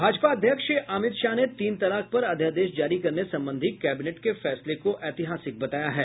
भाजपा अध्यक्ष अमित शाह ने तीन तलाक पर अध्यादेश जारी करने संबंधी कैबिनेट के फैसले को ऐतिहासिक बताया है